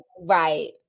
Right